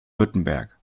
württemberg